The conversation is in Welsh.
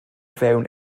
fewn